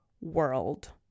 world